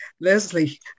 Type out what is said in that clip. Leslie